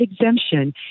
exemption